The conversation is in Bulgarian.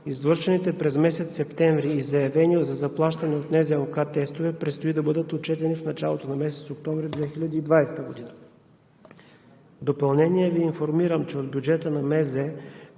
извършените през месец септември и заявени за заплащане от НЗОК тестове предстои да бъдат отчетени в началото на месец октомври 2020 г. В допълнение Ви информирам, че от бюджета на